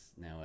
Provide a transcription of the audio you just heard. now